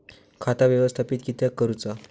खाता व्यवस्थापित किद्यक करुचा?